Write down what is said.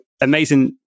amazing